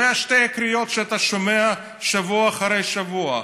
אלה שתי הקריאות שאתה שומע שבוע אחרי שבוע.